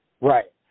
Right